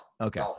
Okay